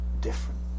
different